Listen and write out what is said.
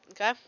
okay